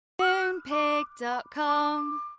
Moonpig.com